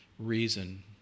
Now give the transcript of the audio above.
reason